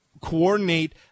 coordinate